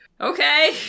Okay